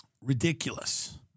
ridiculous